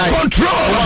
control